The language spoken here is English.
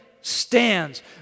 stands